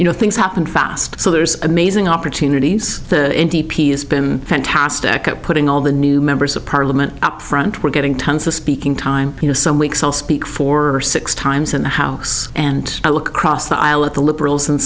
you know things happen fast so there's amazing opportunities n t p has been fantastic at putting all the new members of parliament up front we're getting tons of speaking time you know some weeks i'll speak for six times in the house and i look across the aisle at the liberals and